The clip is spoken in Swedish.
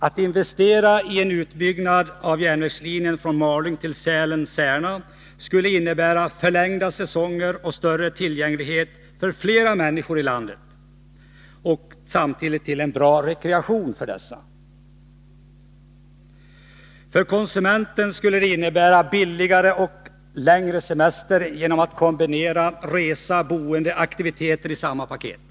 Att investera i en utbyggnad av järnvägslinjen från Malung till Sälen och Särna skulle innebära förlängda säsonger och större tillgänglighet till bra rekreation för flera människor i landet. För konsumenten skulle det innebära billigare och längre semester, genom att man kan kombinera resa, boende och aktiviteter i ett paket.